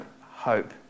hope